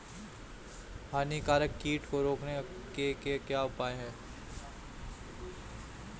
हानिकारक कीट को रोकने के क्या उपाय हैं?